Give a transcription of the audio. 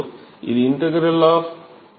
இது integral of x ¼ d x